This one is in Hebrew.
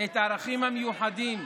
את הערכים המיוחדים,